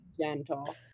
Gentle